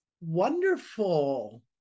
Wonderful